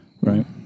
right